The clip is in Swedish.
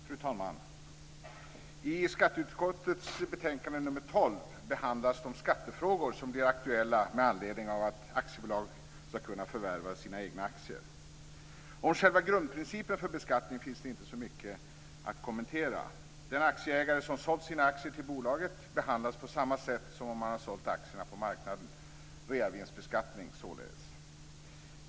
Fru talman! I skatteutskottets betänkande nr 12 behandlas de skattefrågor som blir aktuella med anledning av att aktiebolag ska kunna förvärva sina egna aktier. Om själva grundprincipen för beskattningen finns det inte så mycket att kommentera. Den aktieägare som har sålt sina aktier till bolaget behandlas på samma sätt som om han sålt aktierna på marknaden - reavinstbeskattning således.